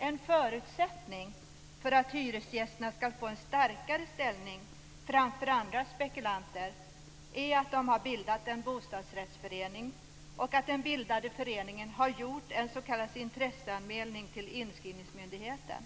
En förutsättning för att hyresgästerna skall få en starkare ställning än andra spekulanter är att de har bildat en bostadsrättsförening och att den bildade föreningen har gjort en s.k. intresseanmälan till inskrivningsmyndigheten.